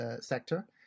sector